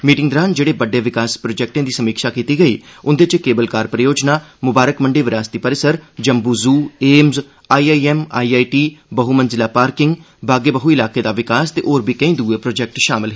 meeting दौरान जेहड़े बड्डे विकास प्रोजेक्टे दी समीक्षा कीती गेई उंदे च केबल कार परियोजना म्बारक मंडी विरासती परिसर Jammu zoo AIIMS I I M I I T बह मंजिला पार्किंग बागे बाहू इलाके दा विकास ते होर बी केईं प्रोजेक्ट शामल न